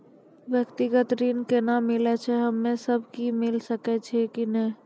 व्यक्तिगत ऋण केना मिलै छै, हम्मे सब कऽ मिल सकै छै कि नै?